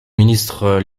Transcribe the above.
ministres